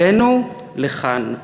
אלינו לכאן.